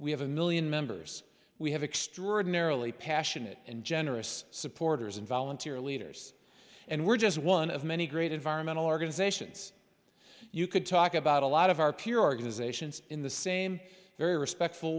we have a million members we have extraordinarily passionate and generous supporters and volunteer leaders and we're just one of many great environmental organizations you could talk about a lot of our peer organizations in the same very respectful